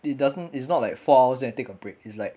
it doesn't it's not like four hours then you take a break is like